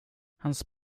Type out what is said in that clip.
hans